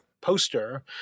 Poster